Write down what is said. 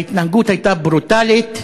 ההתנהגות הייתה ברוטלית.